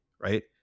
Right